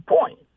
point